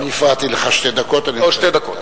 אני הפרעתי לך שתי דקות, אני מחזיר לך.